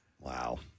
Wow